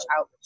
out